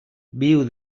viu